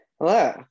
Hello